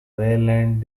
wayland